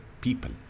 people